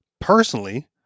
personally